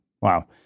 Wow